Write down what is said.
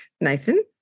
Nathan